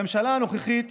הממשלה הנוכחית